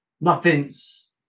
nothing's